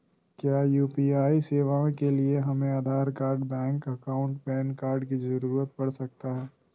क्या यू.पी.आई सेवाएं के लिए हमें Aadhaar card bank account PAN card की जरूरत पड़ सकता है?